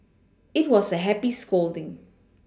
it was a happy scolding